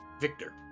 Victor